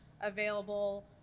available